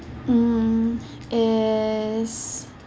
mm is